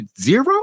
Zero